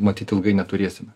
matyt ilgai neturėsime